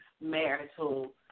marital